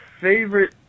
favorite